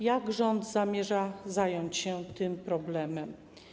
Jak rząd zamierza zająć się tym problemem?